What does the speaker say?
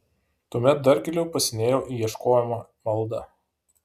tuomet dar giliau pasinėriau į ieškojimą maldą